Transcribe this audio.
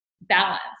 balance